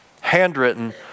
handwritten